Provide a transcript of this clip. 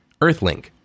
Earthlink